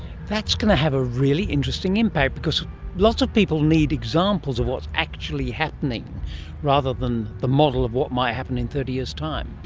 going to have a really interesting impact because lots of people need examples of what's actually happening rather than the model of what might happen in thirty years' time.